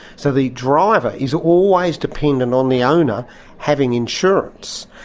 so the driver is always dependent on the owner having insurance.